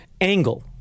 angle